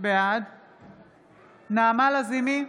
בעד נעמה לזימי,